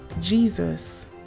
Jesus